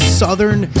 southern